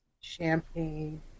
champagne